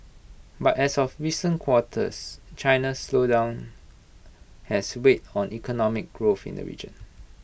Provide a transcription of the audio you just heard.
but as of recent quarters China's slowdown has weighed on economic growth in the region